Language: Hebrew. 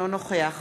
אינו נוכח